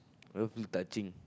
all feels touching